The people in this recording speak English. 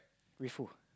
with who